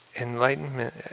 Enlightenment